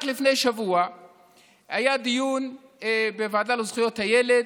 רק לפני שבוע היה דיון בוועדה לזכויות הילד,